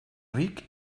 ric